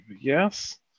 yes